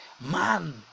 Man